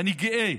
ואני גאה